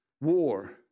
war